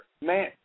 Man